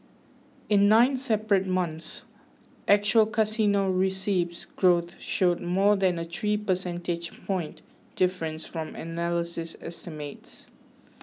in nine separate months actual casino receipts growth showed more than a three percentage point difference from analyst estimates